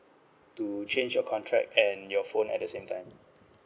to change your contract and your phone at the same time